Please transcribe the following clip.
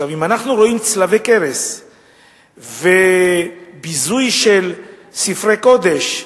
אם אנחנו רואים צלבי קרס וביזוי של ספרי קודש,